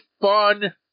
fun